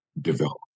develop